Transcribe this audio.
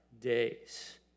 days